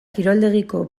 kiroldegiko